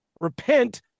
Repent